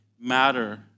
matter